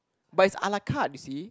but it's a-la-carte you see